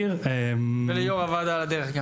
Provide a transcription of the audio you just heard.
וליו"ר הועדה גם.